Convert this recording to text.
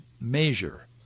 measure